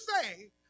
say